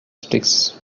sticks